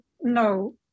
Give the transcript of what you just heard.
no